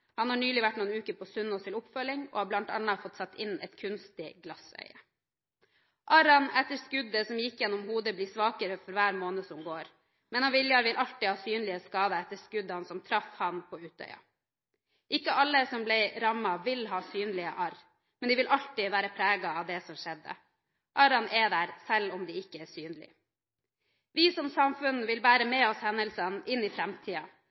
Han har nylig vært noen uker på Sunnaas til oppfølging og har bl.a. fått satt inn et kunstig glassøye. Arrene etter skuddene som gikk gjennom hodet, blir svakere for hver måned som går, men Viljar vil alltid ha synlige skader etter skuddene som traff ham på Utøya. Ikke alle som ble rammet, vil ha synlige arr, men de vil alltid være preget av det som skjedde. Arrene er der selv om de ikke er synlige. Vi som samfunn vil bære med oss hendelsene inn i